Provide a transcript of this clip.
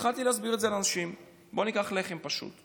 והתחלתי להסביר את זה לאנשים: בואו ניקח לחם פשוט.